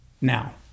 now